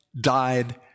died